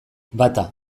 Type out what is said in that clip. bata